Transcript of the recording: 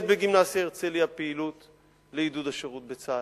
בגימנסיה "הרצליה" פעילות לעידוד השירות בצה"ל.